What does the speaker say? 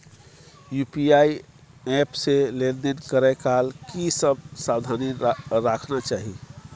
UPI app से लेन देन करै काल की सब सावधानी राखना चाही?